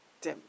debt